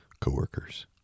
coworkers